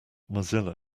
mozilla